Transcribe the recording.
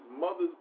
mother's